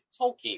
Tolkien